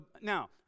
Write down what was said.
Now